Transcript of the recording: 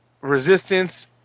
Resistance